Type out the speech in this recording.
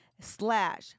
slash